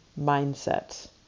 mindset